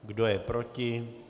Kdo je proti?